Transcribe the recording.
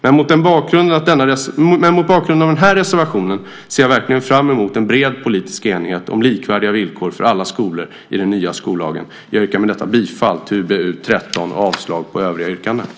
Mot bakgrund av denna reservation ser jag verkligen fram emot en bred politisk enighet om likvärdiga villkor för alla skolor i den nya skollagen. Jag yrkar bifall till förslaget i utbildningsutskottets betänkande 13 och avslag på övriga yrkanden.